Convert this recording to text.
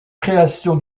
création